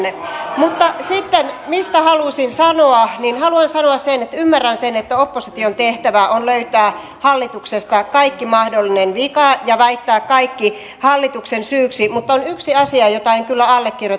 mutta sitten haluan sanoa että ymmärrän sen että opposition tehtävä on löytää hallituksesta kaikki mahdollinen vika ja väittää kaikki hallituksen syyksi mutta on yksi asia jota en kyllä allekirjoita